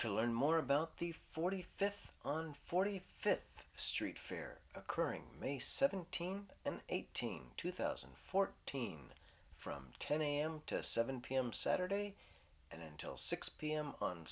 to learn more about the forty fifth on forty fifth street fair occurring may seventeen and eighteen two thousand and fourteen from ten am to seven pm saturday and until six pm on